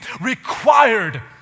required